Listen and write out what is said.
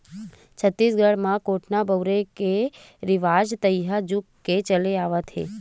छत्तीसगढ़ म कोटना बउरे के रिवाज तइहा जुग ले चले आवत हे